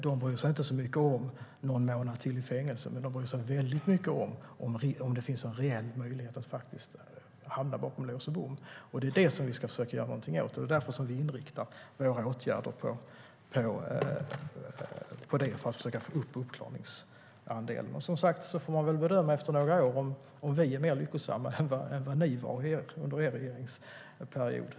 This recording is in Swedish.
De bryr sig inte så mycket om någon månad till i fängelse, men de bryr sig väldigt mycket om ifall det finns en reell möjlighet att hamna bakom lås och bom. Det är det som vi ska försöka göra någonting åt, och det är därför vi inriktar våra åtgärder på att försöka få upp uppklaringsandelen. Sedan får man väl som sagt bedöma efter några år om vi är mer lyckosamma än vad ni var under er regeringsperiod.